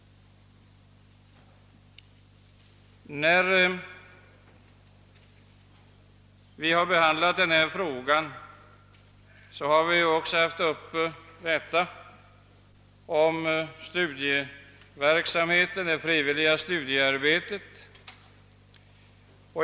Under utskottsbehandlingen har vi också tagit upp frågan om det frivilliga studiearbetet.